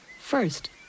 First